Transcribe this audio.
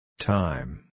time